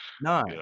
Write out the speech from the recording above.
no